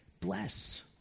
Bless